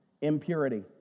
impurity